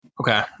Okay